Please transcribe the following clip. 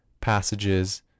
passages